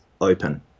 open